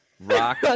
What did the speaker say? Rock